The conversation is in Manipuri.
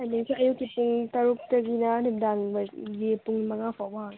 ꯇꯥꯏꯃꯤꯡꯁꯦ ꯑꯌꯨꯛꯀꯤ ꯄꯨꯡ ꯇꯔꯨꯛꯇꯒꯤꯅ ꯅꯨꯡꯃꯤꯗꯥꯡ ꯋꯥꯏꯔꯝꯒꯤ ꯄꯨꯡ ꯃꯉꯥ ꯐꯥꯎꯕ ꯍꯥꯡꯏ